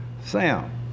Sam